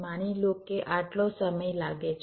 માની લો કે આટલો સમય લાગે છે